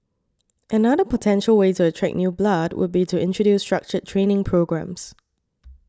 another potential way with attract new blood would be to introduce structured training programmes